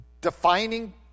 defining